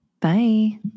Bye